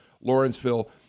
Lawrenceville